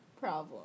problem